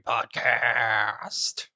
Podcast